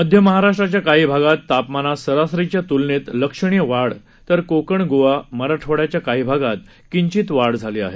मध्य महाराष्ट्राच्या काही भागात तापमानात सरासरीच्या तुलनेत लक्षणीय वाढ तर कोकण गोवा मराठवाड्याच्या काही भागात किंचित वाढ झाली आहे